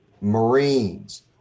Marines